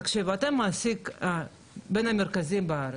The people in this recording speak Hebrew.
אתם המעסיק בין המרכזיים בארץ,